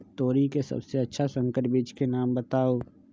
तोरी के सबसे अच्छा संकर बीज के नाम बताऊ?